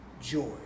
joy